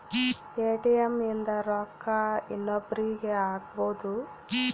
ATM ಇಂದ ರೊಕ್ಕ ಇನ್ನೊಬ್ರೀಗೆ ಹಕ್ಬೊದು